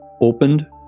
opened